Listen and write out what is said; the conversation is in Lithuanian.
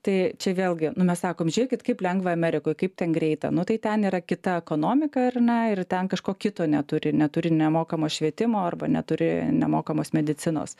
tai čia vėlgi nu mes sakom žiūrėkit kaip lengva amerikoj kaip ten greita nu tai ten yra kita ekonomika ar ne ir ten kažko kito neturi neturi nemokamo švietimo arba neturi nemokamos medicinos